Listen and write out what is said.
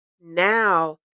now